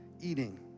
eating